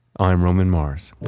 i'm roman mars.